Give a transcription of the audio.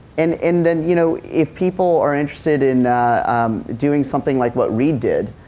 and and and you know if people are interested in doing something like what reid did,